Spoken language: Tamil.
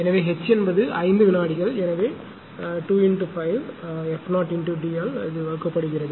எனவே H என்பது 5 வினாடிகள் எனவே 2 × 5 f 0 × D ஆல் வகுக்கப்படுகிறது